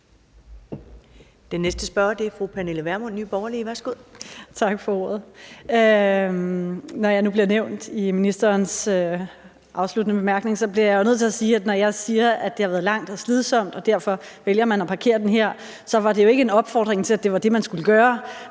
Den næste spørger er fru Pernille Vermund, Nye Borgerlige. Værsgo. Kl. 14:41 Pernille Vermund (NB): Tak for ordet. Når jeg nu bliver nævnt i ministerens afsluttende bemærkning, bliver jeg jo nødt til at sige, at når jeg siger, at det har været langt og slidsomt, og at man derfor vælger at parkere den her, så var det ikke en opfordring til, at det var det, man skulle gøre,